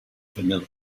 vanilla